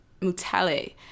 Mutale